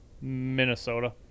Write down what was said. Minnesota